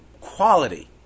quality